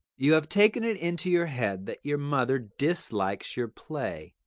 you have taken it into your head that your mother dislikes your play,